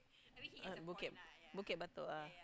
uh Bukit Bukit-Batok ah